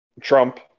Trump